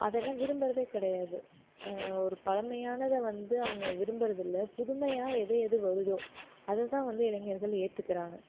அதெல்லாம் விரும்புறதே கிடையாது ஒரு பழமையானதை வந்து அவங்க விரும்புறதில்லை புதுமையாக எது எது வருதோ அதை தான் வந்து இளைஞர்கள் ஏற்றுக்கறாங்க